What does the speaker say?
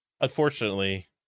unfortunately